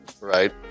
right